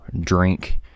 drink